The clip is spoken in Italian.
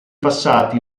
passati